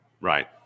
Right